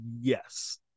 yes